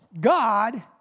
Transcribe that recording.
God